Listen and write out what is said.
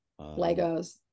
Legos